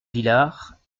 villars